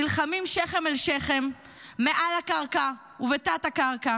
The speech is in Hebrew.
נלחמים שכם אל שכם מעל הקרקע ובתת-הקרקע,